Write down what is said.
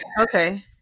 okay